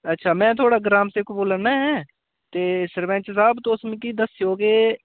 अच्छा में थुआढ़ा ग्राम सेवक बोल्ला ना ऐं ते सरपैंच साह्ब तुस मिकी दस्सेओ कि